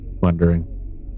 wondering